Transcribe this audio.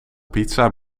pizza